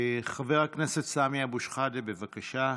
חבר הכנסת סמי אבו שחאדה, בבקשה.